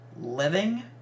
living